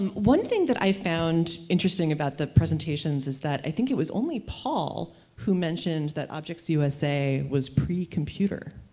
and one thing that i found interesting about the presentations is that i think it was only paul that mentioned that objects usa was pre-computer,